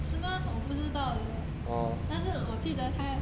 是吗我不知道 leh 但是我记得他